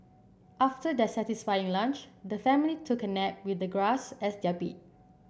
after their satisfying lunch the family took a nap with the grass as their bed